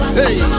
hey